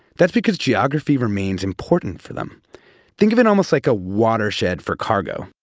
that's because geography remains important for them think of it almost like a watershed for cargo,